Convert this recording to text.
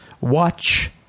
Watch